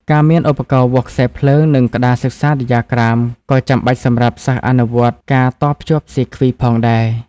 ការមាន ឧបករណ៍វាស់ខ្សែភ្លើង និង ក្តារសិក្សាដ្យាក្រាម ក៏ចាំបាច់សម្រាប់សិស្សអនុវត្តការតភ្ជាប់សៀគ្វីផងដែរ។